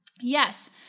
yes